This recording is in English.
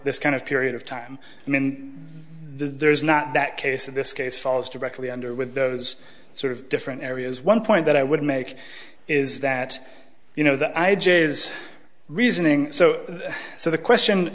this kind of period of time and then there is not that case in this case falls directly under with those sort of different areas one point that i would make is that you know that i j is reasoning so so the question